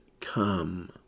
come